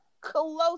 close